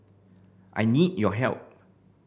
I need your help